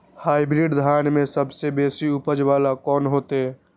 Hybrid धान में सबसे बेसी उपज बाला कोन हेते?